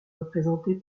représentée